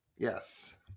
Yes